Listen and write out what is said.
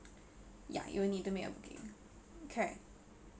ya you will need to make a booking correct